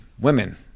women